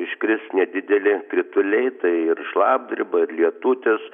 iškris nedideli krituliai tai ir šlapdriba ir lietutis